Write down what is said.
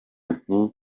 nti